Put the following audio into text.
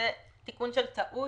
זה תיקון טעות.